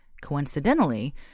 Coincidentally